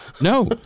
No